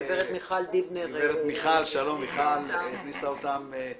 גברת מיכל דיבנר הכניסה אותם.